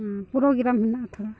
ᱦᱮᱸ ᱯᱨᱳᱜᱨᱟᱢ ᱢᱮᱱᱟᱜᱼᱟ ᱛᱷᱚᱲᱟ